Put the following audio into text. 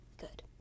Good